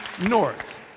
north